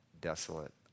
desolate